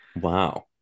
Wow